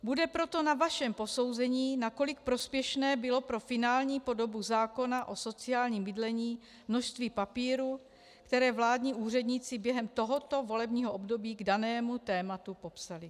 Bude proto na vašem posouzení, nakolik prospěšné bylo pro finální podobu zákona o sociálním bydlení množství papíru, které vládní úředníci během tohoto volebního období k danému tématu popsali.